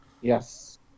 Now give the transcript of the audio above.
Yes